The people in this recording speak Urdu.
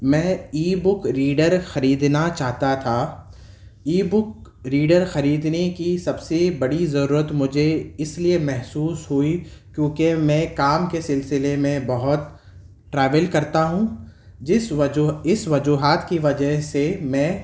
میں ای بک ریڈر خریدنا چاہتا تھا ای بک ریڈر خریدنے کی سب سے بڑی ضرورت مجھے اس لیے محسوس ہوئی کیونکہ میں کام کے سلسلے میں بہت ٹراویل کرتا ہوں جس وجہ اس وجوہات کی وجہ سے میں